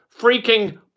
freaking